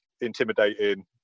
intimidating